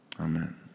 amen